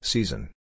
Season